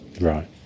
Right